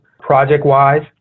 project-wise